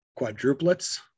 quadruplets